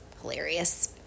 hilarious